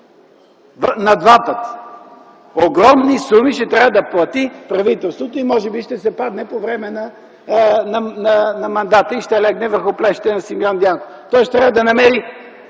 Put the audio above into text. на два пъти! Огромни суми ще трябва да плати правителството - може би ще се падне по време на мандата и ще легне върху плещите на Симеон Дянков. Той ще трябва да намери